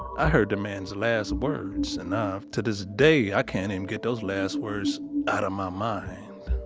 i heard the man's last words, and i, to this day, i can't even get those last words out of my mind.